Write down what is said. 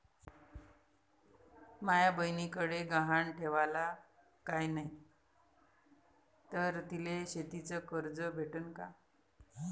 माया बयनीकडे गहान ठेवाला काय नाही तर तिले शेतीच कर्ज भेटन का?